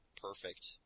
perfect